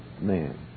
man